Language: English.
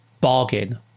bargain